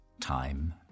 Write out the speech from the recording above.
time